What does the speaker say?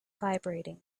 vibrating